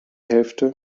hälfte